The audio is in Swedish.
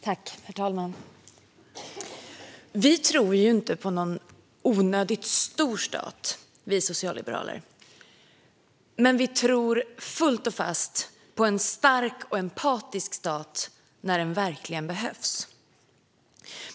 Herr talman! Vi socialliberaler tror inte på en onödigt stor stat. Men vi tror fullt och fast på en stark och empatisk stat när den verkligen behövs.